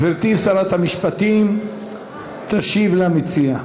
גברתי שרת המשפטים תשיב למציע.